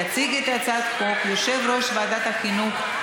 יציג את הצעת החוק יושב-ראש ועדת החינוך,